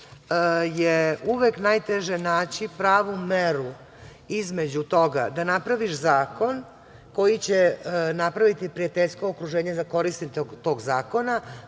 uvek najteže naći pravu meru između toga da napraviš zakon koji će napraviti prijateljsko okruženje za korisnika tog zakona,